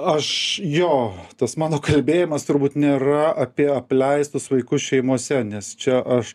aš jo tas mano kalbėjimas turbūt nėra apie apleistus vaikus šeimose nes čia aš